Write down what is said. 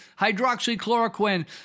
hydroxychloroquine